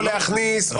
להכניס,